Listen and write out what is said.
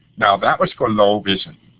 now, that was for low vision.